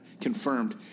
confirmed